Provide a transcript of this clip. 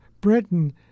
Britain